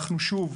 שוב,